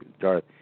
Darth